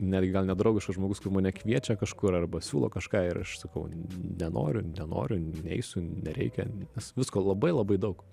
netgi gal nedraugiškas žmogus kur mane kviečia kažkur arba siūlo kažką ir aš sakau nenoriu nenoriu neisiu nereikia nes visko labai labai daug